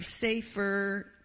safer